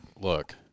Look